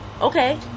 okay